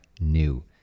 new